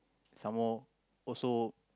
some more also